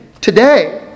today